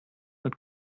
mit